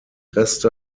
reste